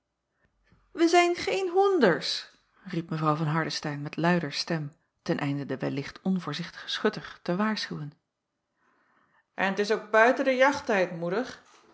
wij zijn geen hoenders riep mw van hardestein met luider stem ten einde den wellicht onvoorzichtigen schutter te waarschuwen en t is ook buiten den jachttijd